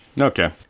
Okay